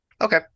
Okay